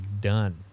done